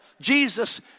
Jesus